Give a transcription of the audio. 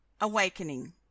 awakening